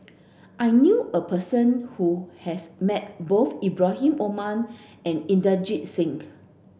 I knew a person who has met both Ibrahim Omar and Inderjit Singh